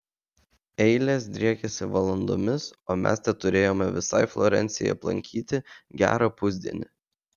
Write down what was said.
eilės driekiasi valandomis o mes teturėjome visai florencijai aplankyti gerą pusdienį